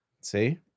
See